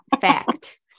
fact